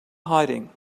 hiding